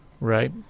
right